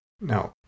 Now